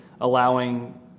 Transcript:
allowing